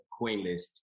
CoinList